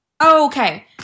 Okay